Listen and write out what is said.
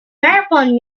marathon